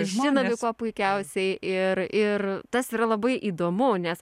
žinomi kuo puikiausiai ir ir tas yra labai įdomu nes